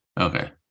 Okay